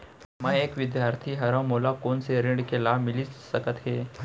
मैं एक विद्यार्थी हरव, मोला कोन से ऋण के लाभ मिलिस सकत हे?